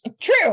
true